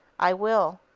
i will!